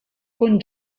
con